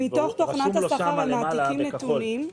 מתוך תוכנת השכר הם מעתיקים נתונים.